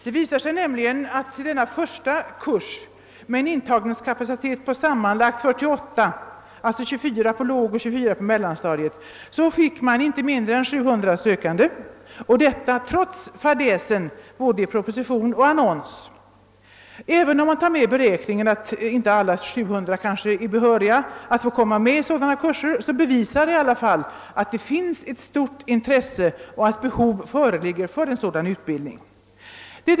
Det visar sig nämligen att till denna första kurs med en intagningskapacitet på sammanlagt 48 — 24 på lågstadiet och 24 på mellanstadiet — fick man inte mindre än 700 sökande, trots fadäsen både i propositionen och annonsen. Även om man tar med i beräkningen att alla dessa 700 kanske inte är behöriga att komma med i sådana kurser, bevisar det i alla fall att det finns ett stort intresse och att behov föreligger av en sådan utbildning.